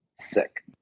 Sick